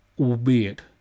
albeit